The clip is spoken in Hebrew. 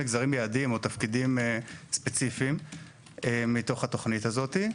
יעדים או תפקידים ספציפיים מתוך התוכנית הזאת.